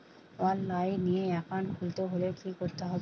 অনলাইনে একাউন্ট খুলতে হলে কি করতে হবে?